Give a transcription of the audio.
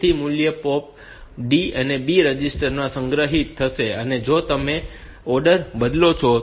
તેથી આ મૂલ્ય POP D B રજિસ્ટર માં સંગ્રહિત થશે અને જો તમે ઓર્ડર બદલો છો